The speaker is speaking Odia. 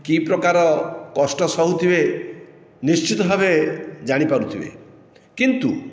କି ପ୍ରକାର କଷ୍ଟ ସହୁଥିବେ ନିଶ୍ଚିତ ଭାବରେ ଜାଣି ପାରୁଥିବେ କିନ୍ତୁ